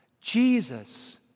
Jesus